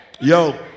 Yo